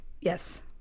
yes